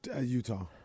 utah